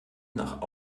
nach